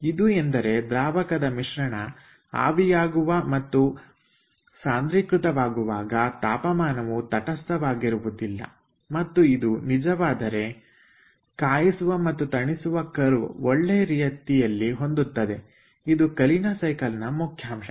ಇದು ಅಂದರೆ ದ್ರಾವಣದ ಮಿಶ್ರಣ ಆವಿಯಾಗುವ ಮತ್ತು ಸಾಂದ್ರೀಕೃತವಾಗುವಾಗ ತಾಪಮಾನವು ಸ್ಥಿರವಾಗಿರುವುದಿಲ್ಲ ಮತ್ತು ಇದು ನಿಜವಾದರೆ ಕಾಯಿಸುವ ಮತ್ತು ತಣಿಸುವ ಕರ್ವಗಳು ಒಳ್ಳೆಯ ರೀತಿಯಲ್ಲಿ ಹೊಂದುತ್ತದೆ ಇದು ಕಲಿನ ಸೈಕಲ್ ನ ಮುಖ್ಯಾಂಶ